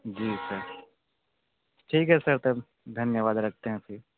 जी sir ठीक है sir तब धन्यवाद रखते हैं फिर